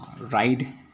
ride